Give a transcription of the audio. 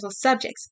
subjects